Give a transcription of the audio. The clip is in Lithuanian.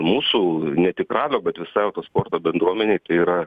mūsų ne tik ralio bet visai autosporto bendruomenei tai yra